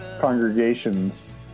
congregations